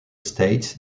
states